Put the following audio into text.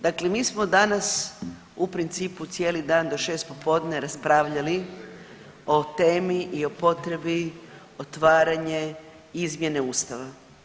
Dakle mi smo danas u principu cijeli dan do 6 popodne raspravljali o temi i o potrebi otvaranje, izmjene Ustava.